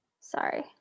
sorry